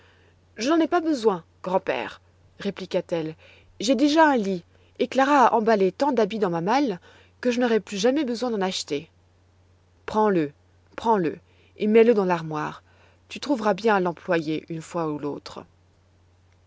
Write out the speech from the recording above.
je n'en ai pas besoin grand-père répliqua-t-elle j'ai déjà un lit et clara a emballé tant d'habits dans ma malle que je n'aurai plus jamais besoin d'en acheter prends-le prends-le et mets-le dans l'armoire tu trouveras bien à l'employer une fois ou l'autre